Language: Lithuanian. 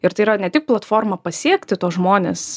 ir tai yra ne tik platforma pasiekti tuos žmones